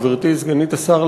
גברתי סגנית השר,